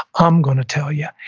i'm going to tell you.